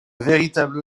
véritable